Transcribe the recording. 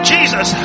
Jesus